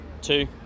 Two